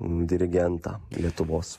dirigentą lietuvos